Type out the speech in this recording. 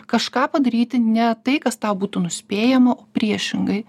kažką padaryti ne tai kas tau būtų nuspėjama o priešingai